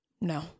No